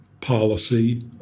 policy